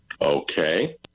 Okay